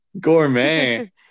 Gourmet